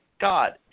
God